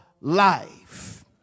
life